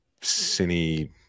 Cine